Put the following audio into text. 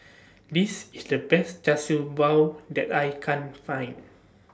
This IS The Best Char Siew Bao that I Can Find